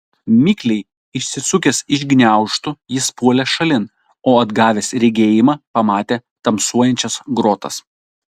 mikliai išsisukęs iš gniaužtų jis puolė šalin o atgavęs regėjimą pamatė tamsuojančias grotas